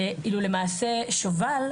ואילו למעשה שוב"ל,